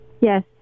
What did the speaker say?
Yes